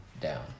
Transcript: down